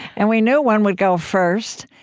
and we knew one would go first.